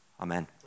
Amen